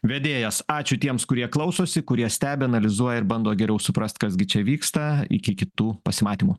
vedėjas ačiū tiems kurie klausosi kurie stebi analizuoja ir bando geriau suprast kas gi čia vyksta iki kitų pasimatymų